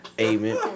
Amen